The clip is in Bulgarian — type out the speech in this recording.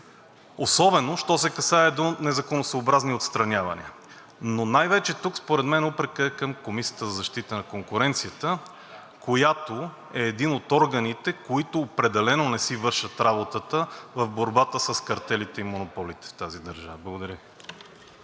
особено що се касае до незаконосъобразни отстранявания. Но тук най-вече упрекът според мен е към Комисията за защита на конкуренцията, която е един от органите, които определено не си вършат работата в борбата с картелите и монополите в тази държава. Благодаря.